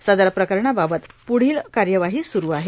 सदर प्रकरणाबाबत पुढील कार्यवाही सुरू आहे